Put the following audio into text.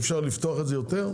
אי אפשר לפתוח את זה יותר?